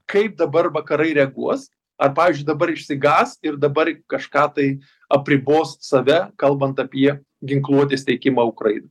kaip dabar vakarai reaguos ar pavyzdžiui dabar išsigąs ir dabar kažką tai apribos save kalbant apie ginkluotės tiekimą ukrainai